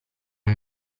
una